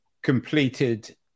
completed